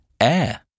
air